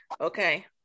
okay